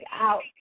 out